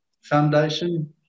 Foundation